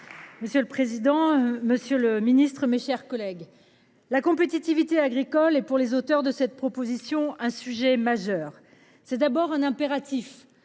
Monsieur le président, Monsieur le Ministre, mes chers collègues, la compétitivité agricole et pour les auteurs de cette proposition. Un sujet majeur c'est d'abord un impératif